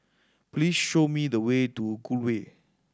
please show me the way to Gul Way